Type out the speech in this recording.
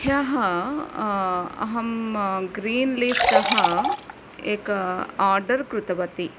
ह्यः अहं green leaf तः एकम् आर्डर् कृतवती